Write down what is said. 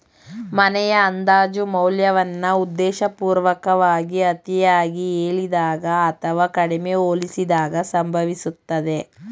ಮನೆಯ ಅಂದಾಜು ಮೌಲ್ಯವನ್ನ ಉದ್ದೇಶಪೂರ್ವಕವಾಗಿ ಅತಿಯಾಗಿ ಹೇಳಿದಾಗ ಅಥವಾ ಕಡಿಮೆ ಹೋಲಿಸಿದಾಗ ಸಂಭವಿಸುತ್ತದೆ